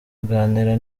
aganira